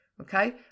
okay